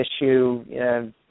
issue